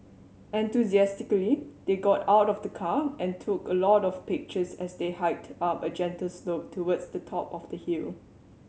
enthusiastically they got out of the car and took a lot of pictures as they hiked up a gentle slope towards the top of the hill